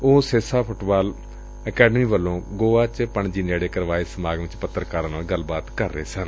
ਉਹ Sesa football academy ਵੱਲੋਂ ਗੋਆ ਚ ਖਣਜੀ ਨੇੜੇ ਕਰਵਾਏ ਸਮਾਗਮ ਚ ਪੱਤਰਕਾਰਾਂ ਨਾਲ ਗੱਲਬਾਤ ਕਰ ਰਹੇ ਸਨ